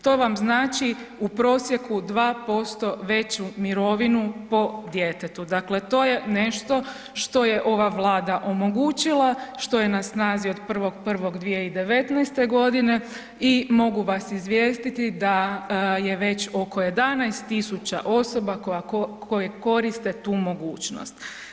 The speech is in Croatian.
To vam znači u prosjeku 2% veću mirovinu po djetetu, dakle to je nešto što je ova Vlada omogućila, što je na snazi od 1.1.2019.godine i mogu vas izvijestiti da je već oko 11.000 osoba koje koriste tu mogućnost.